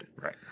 Right